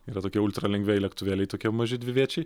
yra tokie ultra lengvieji lėktuvėliai tokie maži dviviečiai